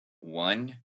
one